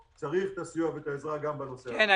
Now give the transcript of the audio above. צריך את הסיוע ואת העזרה גם בנושא הזה.